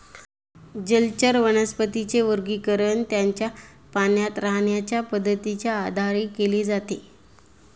जलचर वनस्पतींचे वर्गीकरण त्यांच्या पाण्यात राहण्याच्या पद्धतीच्या आधारे केले जाते